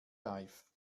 reif